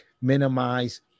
minimize